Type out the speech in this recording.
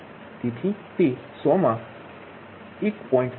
તેથી તે 100 માં 1